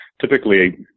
typically